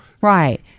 Right